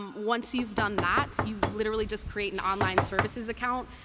once you've done that, you literally just create an online services account.